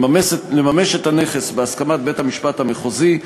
לממש את הנכס בהסכמת בית-המשפט המחוזי,